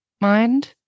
mind